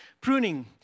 Pruning